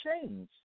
change